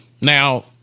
Now